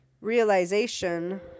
realization